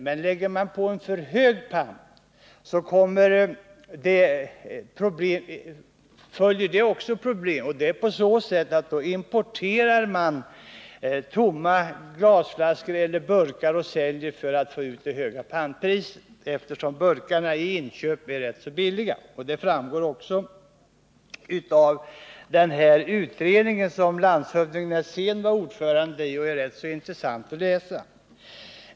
Men lägger man en för hög pant på förpackningarna, följer också därmed problem, genom att det då går att importera tomma flaskor eller burkar, som är rätt billiga i inköp, för att få ut det höga pantpriset. Detta framgår av betänkandet från den utredning som landshövding Netzén var ordförande i, som är ganska intressant att läsa.